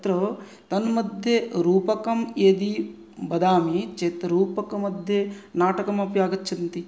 तत्र तन्मध्ये रूपकं यदि वदामि चेत् रूपकमध्ये नाटकम् अपि आगच्छन्ति